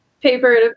paper